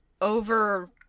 Over